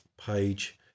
page